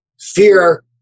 fear